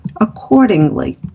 accordingly